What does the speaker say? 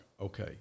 okay